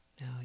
Now